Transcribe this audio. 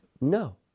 no